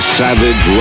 savage